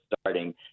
starting